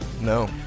no